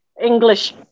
English